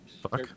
Fuck